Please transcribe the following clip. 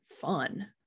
fun